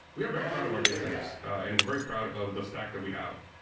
we are very proud of our data centers and we're very proud of the stack that we have.